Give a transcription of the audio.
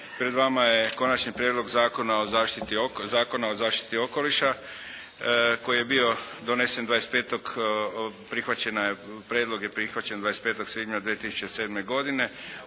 Pred vama je konačni prijedlog zakona o zaštiti okoliša koji je bio donesen 25. prihvaćen, prijedlog je prihvaćen 25. svibnja 2007. godine.